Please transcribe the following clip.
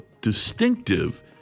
distinctive